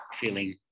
feeling